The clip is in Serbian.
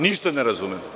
Ništa ne razumem.